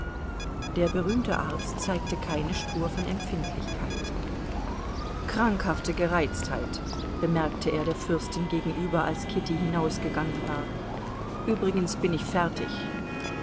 der berühmte arzt zeigte keine spur von empfindlichkeit krankhafte gereiztheit bemerkte er der fürstin gegenüber als kitty hinausgegangen war übrigens bin ich fertig